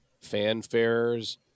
fanfares